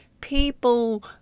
people